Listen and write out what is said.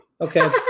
Okay